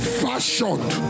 fashioned